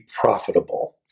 profitable